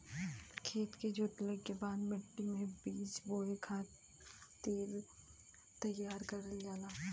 खेत के जोतले के बाद मट्टी मे बीज बोए खातिर तईयार करल जाला